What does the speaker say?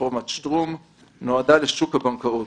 רפורמת שטרום, נועדה לשוק הבנקאות.